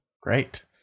Great